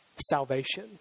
salvation